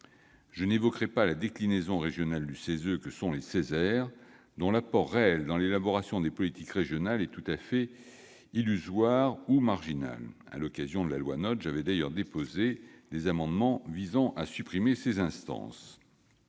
Je n'évoquerai pas la déclinaison régionale du CESE que sont les CESER, dont l'apport réel dans l'élaboration des politiques régionales est tout à fait illusoire ou marginal. À l'occasion de l'examen de la loi NOTRe, j'avais d'ailleurs déposé des amendements visant à supprimer ces instances.